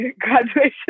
graduation